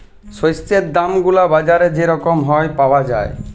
শস্যের দাম গুলা বাজারে যে রকম হ্যয় পাউয়া যায়